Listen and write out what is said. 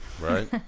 right